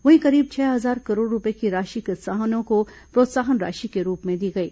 वहीं करीब छह हजार करोड़ रूपये की राशि किसानों को प्रोत्साहन राशि के रूप में दी गई